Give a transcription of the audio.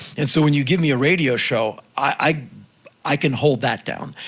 and so, when you give me a radio show, i i can hold that down.